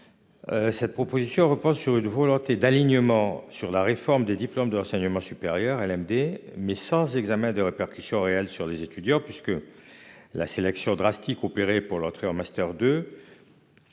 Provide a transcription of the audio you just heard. Cette proposition repose sur une volonté d'alignement sur la réforme des diplômes de l'enseignement supérieur LMD mais sans examen de répercussions réelles sur des étudiants, puisque. La sélection drastique opérée pour l'entrée en master deux.